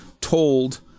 told